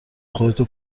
خودتو